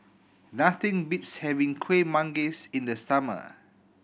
nothing beats having Kuih Manggis in the summer